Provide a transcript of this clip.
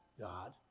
God